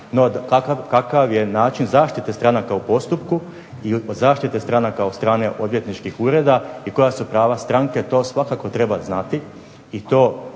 kakav je način zaštite stranaka u postupku i zaštite stranaka od stranaka od strane odvjetničkih ureda i koja su prava stranke to svakako treba znati. I to